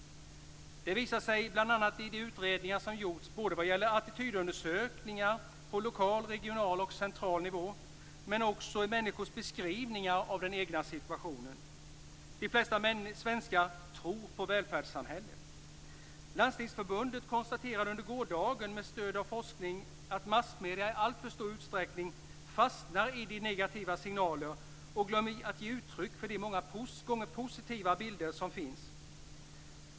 Det visar sig bl.a. i de attitydundersökningar som har gjorts på lokal, regional och central nivå, men också i människors beskrivningar av den egna situationen. De flesta svenskar tror på välfärdssamhället. Landstingsförbundet konstaterade under gårdagen med stöd av forskning att massmedierna i alltför stor utsträckning fastnar i de negativa signalerna och glömmer att ge uttryck för de många gånger positiva bilder som finns.